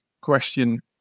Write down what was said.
question